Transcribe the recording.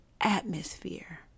atmosphere